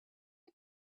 you